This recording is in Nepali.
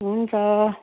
हुन्छ